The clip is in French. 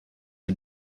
est